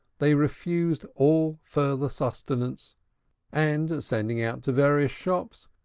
they refused all further sustenance and, sending out to various shops,